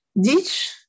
ditch